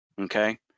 Okay